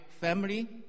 family